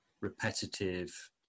repetitive